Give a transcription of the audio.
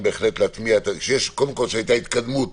קודם כל, שהיתה התקדמות